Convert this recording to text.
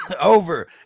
over